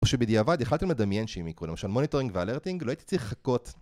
או שבדיעבד החלטתי למדמיין שהיא מיקרו, למשל מוניטורינג ואלרטינג, לא הייתי צריך לחכות